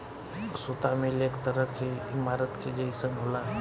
सुता मिल एक तरह के ईमारत के जइसन होला